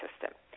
system